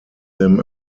him